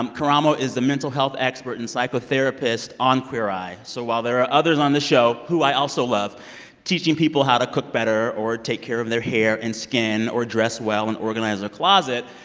um karamo is the mental health expert and psychotherapist on queer eye. so while there are others on the show who i also love teaching people how to cook better or take care of their hair and skin or dress well and organize their closet,